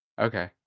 Okay